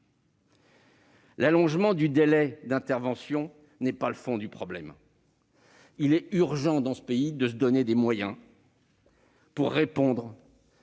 L'allongement du délai d'intervention n'est pas le fond du problème : il est urgent dans ce pays de se donner des moyens d'accueillir